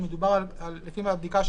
לפי הבדיקה,